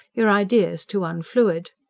your ideas too unfluid.